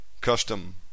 custom